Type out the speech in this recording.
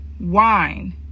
wine